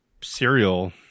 cereal